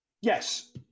Yes